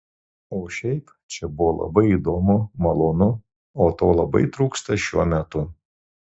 o šiaip čia buvo labai įdomu malonu o to labai trūksta šiuo metu